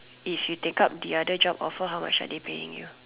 you should take up the other job offer how much are they paying you